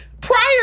Prior